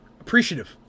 appreciative